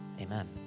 Amen